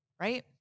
right